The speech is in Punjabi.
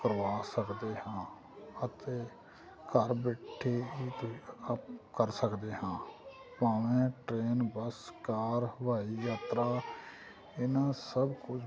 ਕਰਵਾ ਸਕਦੇ ਹਾਂ ਅਤੇ ਘਰ ਬੈਠੇ ਹੀ ਦੇਖ ਅਪ ਕਰ ਸਕਦੇ ਹਾਂ ਭਾਵੇਂ ਟ੍ਰੇਨ ਬੱਸ ਕਾਰ ਹਵਾਈ ਯਾਤਰਾ ਇਹਨਾਂ ਸਭ ਕੁਝ